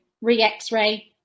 re-x-ray